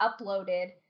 uploaded